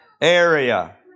area